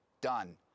done